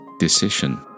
Decision